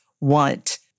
want